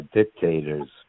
dictators